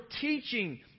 teaching